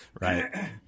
right